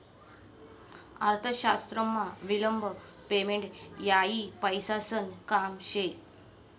अर्थशास्त्रमा विलंब पेमेंट हायी पैसासन काम शे